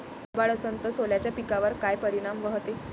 अभाळ असन तं सोल्याच्या पिकावर काय परिनाम व्हते?